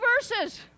verses